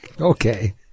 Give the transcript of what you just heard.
Okay